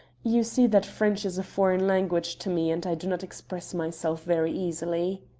you see that french is a foreign language to me, and i do not express myself very easily.